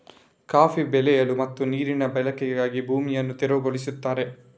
coffee ಬೆಳೆಯಲು ಮತ್ತು ನೀರಿನ ಬಳಕೆಗಾಗಿ ಭೂಮಿಯನ್ನು ತೆರವುಗೊಳಿಸುತ್ತಾರೆ